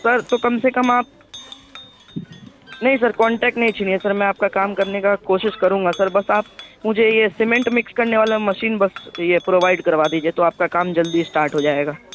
سر تو کم سے کم آپ نہیں سر کانٹیکٹ نہیں چھینیے سر میں آپ کا کام کرنے کا کوشش کروں گا سر بس آپ مجھے یہ سیمینٹ مکس کرنے والا مشین بس یہ پرووائڈ کروا دیجیے تو آپ کام جلدی اسٹارٹ ہو جائے گا